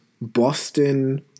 Boston